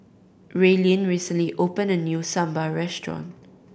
Raelynn recently opened a new Sambar restaurant